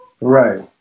Right